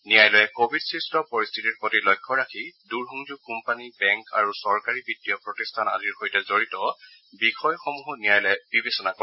ন্যায়ালয়ে কোভিডস্ট পৰিস্থিতিৰ প্ৰতি লক্ষ্য ৰাখি দুৰসংযোগ কোম্পানী বেংক আৰু চৰকাৰী বিত্তীয় প্ৰতিষ্ঠান আদিৰ সৈতে জড়িত বিষয়সমূহো ন্যায়ালয়ে বিবেচনা কৰে